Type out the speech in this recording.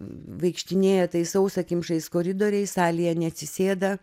vaikštinėja tais sausakimšais koridoriais salėje neatsisėda